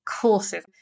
courses